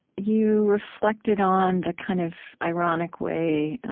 you reflected on the kind of ironic way